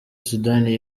sudani